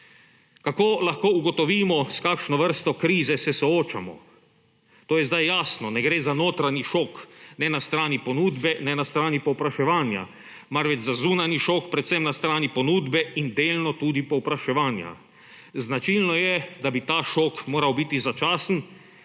Kako lahko ugotovimo, s kakšno vrsto krize se soočamo? To je zdaj jasno, ne gre za notranji šok ne na strani ponudbe ne na strani povpraševanja, marveč za zunanji šok predvsem na strani ponudbe in delno tudi povpraševanja. Značilno je, da bi ta šok moral biti začasen,